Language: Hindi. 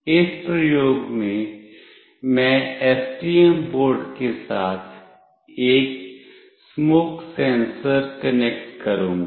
इस प्रयोग में मैं एसटीएम बोर्ड के साथ एक स्मोक सेंसर कनेक्ट करूंगा